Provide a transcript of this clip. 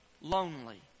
lonely